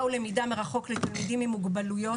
ולמידה מרחוק לתלמידים עם מוגבלויות".